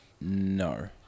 No